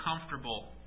comfortable